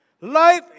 Life